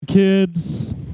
Kids